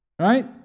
Right